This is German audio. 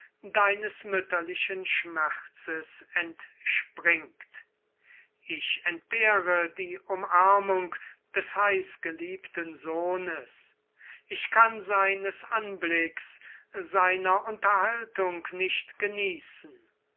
deines mütterlichen schmerzes entspringt ich entbehre die umarmung des heiß geliebten sohnes ich kann seines anblicks seiner unterhaltung nicht genießen